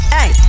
Hey